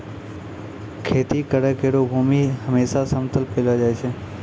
खेती करै केरो भूमि हमेसा समतल पैलो जाय छै